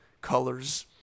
colors